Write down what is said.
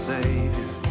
Savior